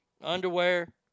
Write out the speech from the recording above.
underwear